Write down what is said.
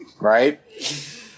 Right